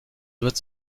doigts